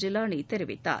ஜிலானி தெரிவித்தார்